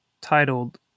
titled